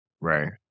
Right